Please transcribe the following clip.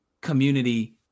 community